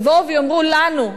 יבואו ויאמרו לנו.